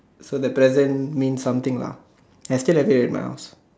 so the present mean something lah I still have it with my house